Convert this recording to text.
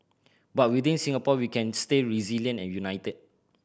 but within Singapore we can stay resilient and united